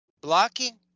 blocking